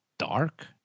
dark